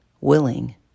willing